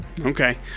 Okay